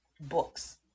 books